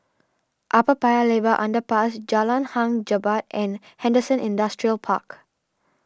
Upper Paya Lebar Underpass Jalan Hang Jebat and Henderson Industrial Park